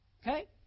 Okay